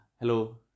Hello